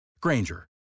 Granger